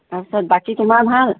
তাৰপিছত বাকী তোমাৰ ভাল